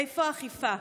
איפה האכיפה?